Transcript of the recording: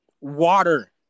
Water